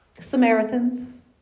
Samaritans